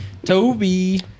Toby